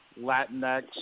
Latinx